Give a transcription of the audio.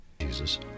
Jesus